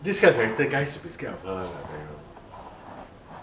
so this kind of character guys will be scared of her [one] lah ya you know